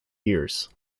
years